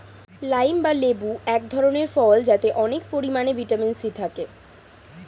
lime বা লেবু এক ধরনের ফল যাতে অনেক পরিমাণে ভিটামিন সি থাকে